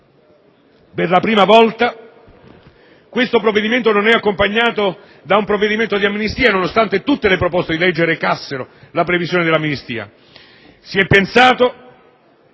per la prima volta questo provvedimento non è accompagnato da un provvedimento di amnistia, nonostante tutte le proposte di legge recassero la previsione dell'amnistia.